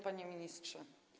Panie Ministrze!